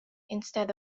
instead